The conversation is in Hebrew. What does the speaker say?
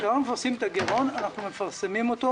כשאנחנו מפרסמים את הגירעון אנחנו מפרסמים אותו